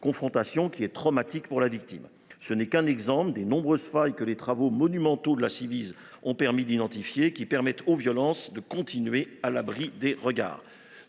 confrontation qui se révèle traumatique pour la victime. Ce n’est là qu’un exemple des nombreuses failles que les travaux monumentaux de la Ciivise ont permis d’identifier et qui permettent aux violences de persister à l’abri des regards.